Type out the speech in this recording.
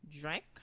Drink